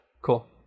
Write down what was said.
cool